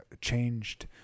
changed